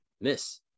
Miss